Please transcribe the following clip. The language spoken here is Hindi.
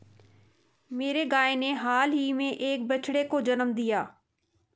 मेरी गाय ने हाल ही में एक बछड़े को जन्म दिया